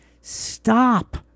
Stop